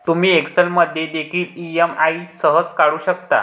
तुम्ही एक्सेल मध्ये देखील ई.एम.आई सहज काढू शकता